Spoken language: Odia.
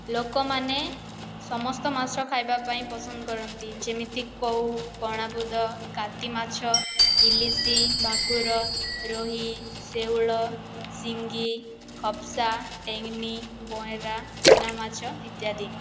ଲୋକମାନେ ସମସ୍ତ ମାଛ ଖାଇବାପାଇଁ ପସନ୍ଦ କରନ୍ତି ଯେମିତି କଉ କଣାପୁଦ କାତିମାଛ ଇଲିଶି ଭାକୁର ରୋହି ଶେଉଳ ଶିଙ୍ଗି ଖପସା ଟେଙ୍ଗନି ବଏଁରା ଚୁନାମାଛ ଇତ୍ୟାଦି